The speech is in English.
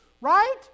right